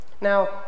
Now